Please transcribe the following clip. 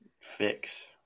Fix